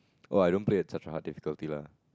oh I don't play at such a hard difficulty lah